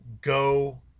go